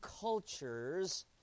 cultures